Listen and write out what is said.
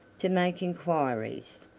to make inquiries.